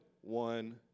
one